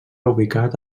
ubicat